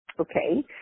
Okay